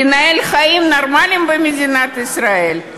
לנהל חיים נורמליים במדינת ישראל,